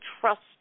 trust